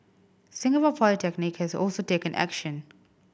Singapore Polytechnic has also taken action